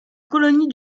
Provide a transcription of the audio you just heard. colonie